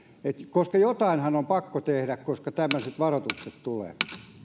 koska jotainhan on pakko tehdä koska tämmöiset varoitukset tulevat